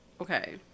okay